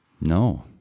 No